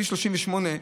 כביש 38,